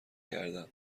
گردم